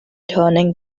turning